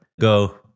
go